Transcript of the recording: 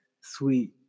Sweet